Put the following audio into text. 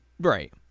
Right